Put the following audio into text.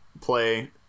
play